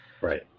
Right